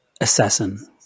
assassin